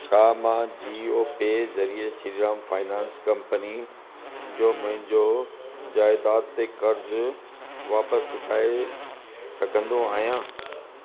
छा मां जीओ पे ज़रिए श्रीराम फाइनेंस कंपनी जो मुंहिंजो जाइदादु ते कर्ज़ु वापिसि चुकाए सघंदो आहियां